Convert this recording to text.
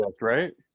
right